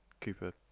Cooper